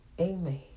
Amen